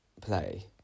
play